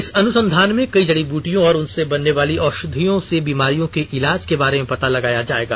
इस अनुसंधान में कई जडी बूटियों और उनसे बनने वाली औषधियों से बीमारियों के इलाज के बारे में पता लगाया जाएगा